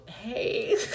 hey